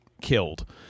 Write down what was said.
killed